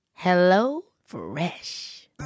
HelloFresh